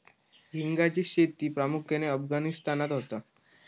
हिंगाची शेती प्रामुख्यान अफगाणिस्तानात होता